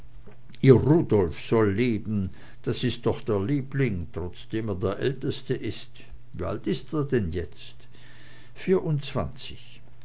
soll leben das ist doch der liebling trotzdem er der älteste ist wie alt ist er denn jetzt vierundzwanzig